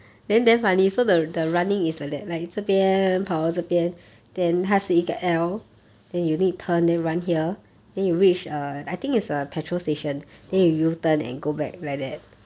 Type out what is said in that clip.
ah